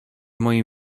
moim